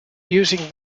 using